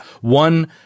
one –